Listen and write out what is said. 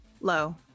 Low